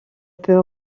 peut